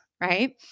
right